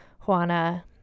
Juana